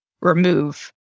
remove